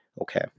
okay